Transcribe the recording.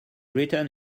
written